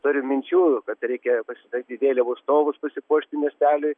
turim minčių kad reikia pasistatyt vėliavų stovus pasipuošti miesteliui